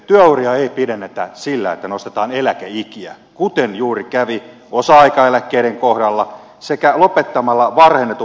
työuria ei pidennetä sillä että nostetaan eläkeikiä kuten juuri kävi osa aikaeläkkeiden kohdalla sekä lopettamalla varhennettu vanhuuseläke kokonaan